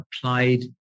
applied